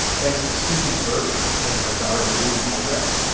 thanks to susie burke and her daughter milou albrecht,